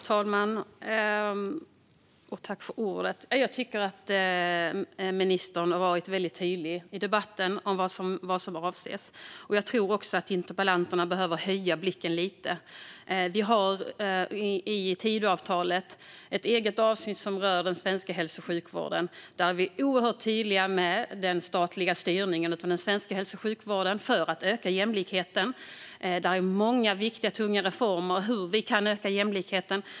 Fru talman! Jag tycker att ministern i debatten har varit väldigt tydlig med vad som avses. Jag tror att interpellanterna behöver höja blicken lite. Vi har i Tidöavtalet ett eget avsnitt som rör den svenska hälso och sjukvården, där vi är oerhört tydliga med den statliga styrningen av den svenska hälso och sjukvården för att öka jämlikheten. Där finns många viktiga, tunga reformer för att öka jämlikheten.